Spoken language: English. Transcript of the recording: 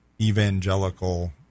evangelical